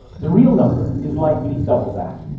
the real number is likely double that,